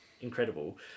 incredible